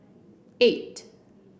eight